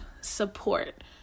support